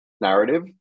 narrative